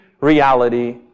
reality